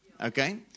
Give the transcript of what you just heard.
Okay